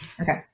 Okay